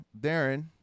Darren